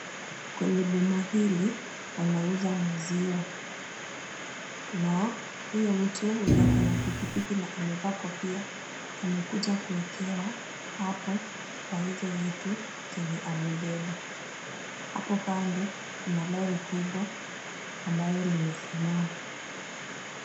Kwenye boma hili wanauza maziwa na huyu mtu mwenye ako na pikipiki na amevaa kofia amekuja kuwekewa hapo kwa hizo vitu zenye amebeba. Hapo kando kuna lori kubwa ambayo limesimama.